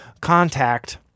contact